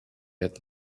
had